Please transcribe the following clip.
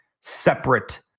separate